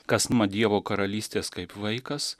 kas nuo dievo karalystės kaip vaikas